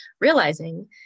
realizing